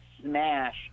smash